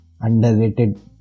underrated